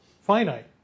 finite